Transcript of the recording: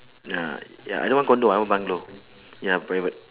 ya eh I don't want condo I want bungalow ya private